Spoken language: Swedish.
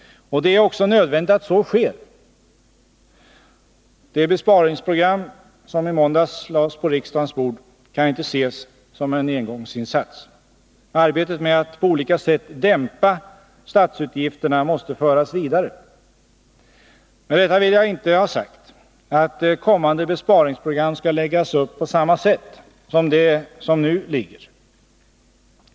Och det är också nödvändigt att så sker. Det besparingsprogram som i måndags lades på riksdagens bord kan inte ses som en engångsinsats. Arbetet med att på olika sätt dämpa statsutgifterna måste föras vidare. Med detta vill jag inte ha sagt, att kommande besparingsprogram skall läggas upp på samma sätt som det som nu lagts fram.